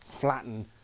flatten